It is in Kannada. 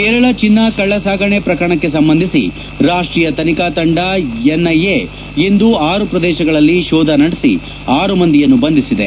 ಕೇರಳ ಚಿನ್ನ ಕಳ್ಳಸಾಗಣೆ ಪ್ರಕರಣಕ್ಕೆ ಸಂಬಂಧಿಸಿ ರಾಷ್ಷೀಯ ತನಿಖಾ ತಂಡ ಎನ್ಐಎ ಇಂದು ಆರು ಪ್ರದೇಶಗಳಲ್ಲಿ ಶೋಧ ನಡೆಸಿ ಆರು ಮಂದಿಯನ್ನು ಬಂಧಿಸಿದೆ